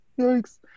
Yikes